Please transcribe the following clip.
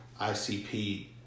ICP